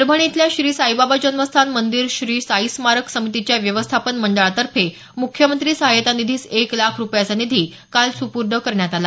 परभणी इथल्या श्री साईबाबा जन्मस्थान मंदिर श्री साई स्मारक समितीच्या व्यवस्थापन मंडळातर्फे मुख्यमंत्री सहायता निधीस एक लाख रुपयाचा निधी काल सुपूर्द करण्यात आला